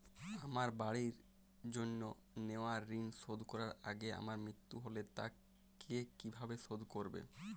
আমার বাড়ির জন্য নেওয়া ঋণ শোধ করার আগে আমার মৃত্যু হলে তা কে কিভাবে শোধ করবে?